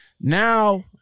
Now